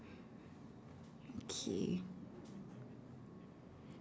okay